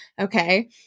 okay